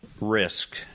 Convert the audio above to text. risk